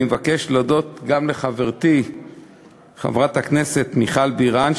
אני מבקש להודות גם לחברתי חברת הכנסת מיכל בירן,